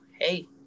hey